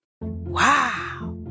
Wow